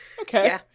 Okay